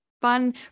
fun